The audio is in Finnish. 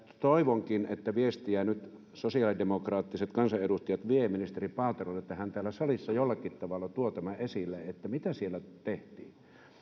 toivonkin että sosiaalidemokraattiset kansanedustajat vievät ministeri paaterolle viestiä että hän täällä salissa jollakin tavalle tuo tämän esille mitä siellä tehtiin